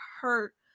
hurt